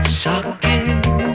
shocking